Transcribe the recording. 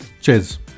Cheers